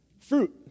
Fruit